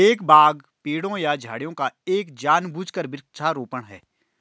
एक बाग पेड़ों या झाड़ियों का एक जानबूझकर वृक्षारोपण है